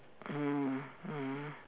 mm mm